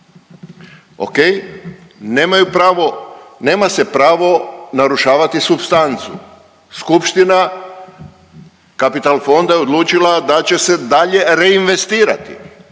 nema se pravo narušavati supstancu. Skupština kapital fonda je odlučila da će se dalje reinvestirati.